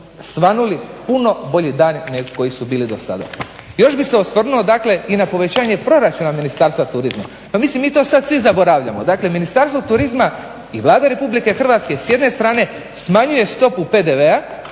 svanuli puno bolji dani nego koji su bili dosada. Još bih se osvrnuo dakle i na povećanje proračuna Ministarstva turizma. Pa mislim mi to sad svi zaboravljamo. Dakle Ministarstvo turizma i Vlada Republike Hrvatske s jedne strane smanjuje stopu PDV-a